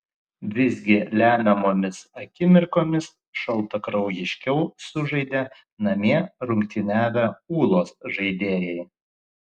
visgi lemiamomis akimirkomis šaltakraujiškiau sužaidė namie rungtyniavę ūlos žaidėjai